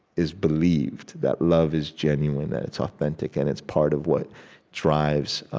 is believed that love is genuine, that it's authentic, and it's part of what drives,